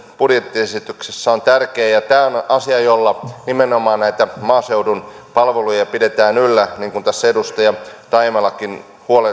budjettiesityksessä on tärkeää ja tämä on asia jolla nimenomaan näitä maaseudun palveluja pidetään yllä niin kuin tässä edustaja taimelakin